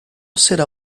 será